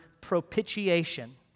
propitiation